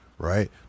Right